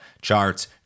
charts